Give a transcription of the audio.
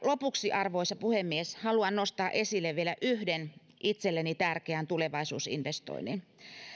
lopuksi arvoisa puhemies haluan nostaa esille vielä yhden itselleni tärkeän tulevaisuusinvestoinnin